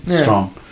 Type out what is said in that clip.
strong